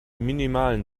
minimalen